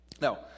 Now